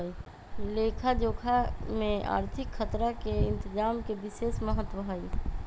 लेखा जोखा में आर्थिक खतरा के इतजाम के विशेष महत्व हइ